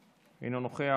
אינו נוכח.